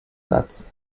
satz